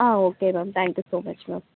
ah okay ma'am thank you so much ma'am